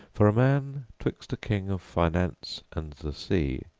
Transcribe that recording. for a man twixt a king of finance and the sea,